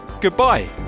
goodbye